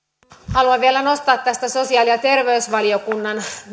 haluan vielä nostaa tästä sosiaali ja terveysvaliokunnan